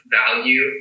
value